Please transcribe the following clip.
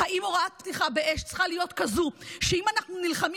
האם הוראת פתיחה באש צריכה להיות כזו שאם אנחנו נלחמים